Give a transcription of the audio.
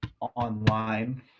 online